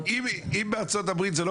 אם בארצות הברית או במדינות אחרות זה לא